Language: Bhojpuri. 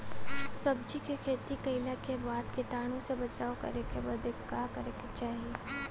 सब्जी के खेती कइला के बाद कीटाणु से बचाव करे बदे का करे के चाही?